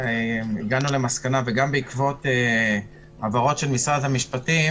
הגענו למסקנה וגם בעקבות הבהרות של משרד המשפטים